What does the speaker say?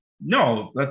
No